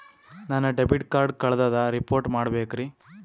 ನನ್ನ debit card ಕಳ್ದದ report ಮಾಡಬೇಕ್ರಿ